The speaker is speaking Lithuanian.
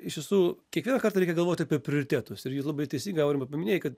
iš tiesų kiekvieną kartą reikia galvot apie prioritetus ir jūs labai teisingai aurimai paminėjai kad